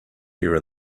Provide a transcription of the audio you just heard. here